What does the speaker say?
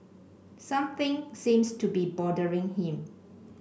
something seems to be bothering him